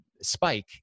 spike